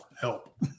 help